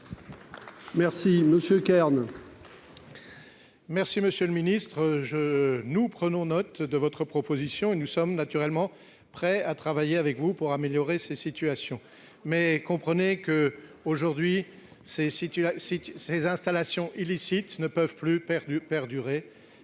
Merci monsieur Kern.